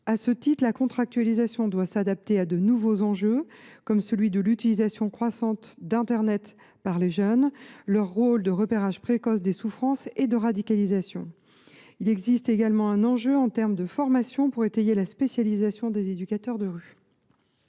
À ce titre, la contractualisation doit s’adapter à de nouveaux enjeux, comme celui de l’utilisation croissante d’internet par les jeunes ou le repérage précoce des souffrances et de la radicalisation. Il existe également un enjeu de formation pour étayer la spécialisation des éducateurs de rue.